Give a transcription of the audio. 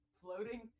floating